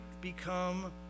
become